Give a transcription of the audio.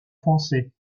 français